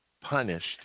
punished